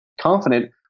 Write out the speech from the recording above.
confident